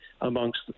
amongst